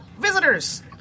Visitors